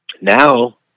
now